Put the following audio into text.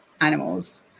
animals